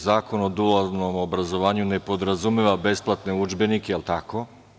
Zakon o dualnom obrazovanju ne podrazumeva besplatne udžbenike, je li tako?